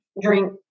drink